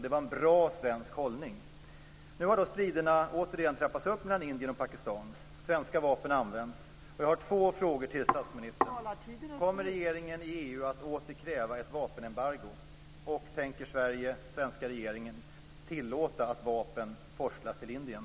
Det var en bra svensk hållning. Nu har striderna mellan Indien och Pakistan återigen trappats upp. Svenska vapen används. Jag har två frågor till statsministern. Kommer regeringen att åter kräva ett vapenembargo i EU? Tänker den svenska regeringen tillåta att vapen forslas till Indien?